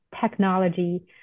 technology